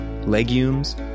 legumes